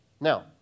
Now